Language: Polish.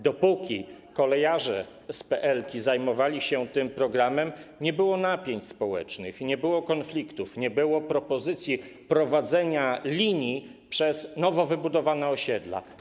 Dopóki kolejarze z PLK zajmowali się tym programem, nie było napięć społecznych, nie było konfliktów, nie było propozycji prowadzenia linii przez nowo wybudowane osiedla.